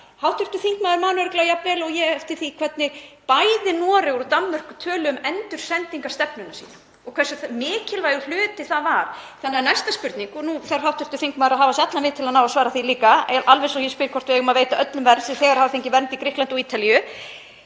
Hv. þingmaður man örugglega jafn vel og ég eftir því hvernig bæði Noregur og Danmörk töluðu um endursendingarstefnuna sína og hversu mikilvægur hluti það var, þannig að næsta spurning, og nú þarf hv. þingmaður að hafa sig allan við til að ná að svara því líka, alveg eins og ég spyr hvort við eigum að veita öllum vernd sem þegar hafa fengið vernd í Grikklandi og Ítalíu: